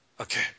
Okay